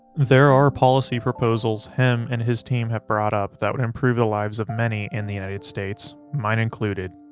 there are policy proposals him and his team have brought up that would improve the lives of many in the united states, mine included.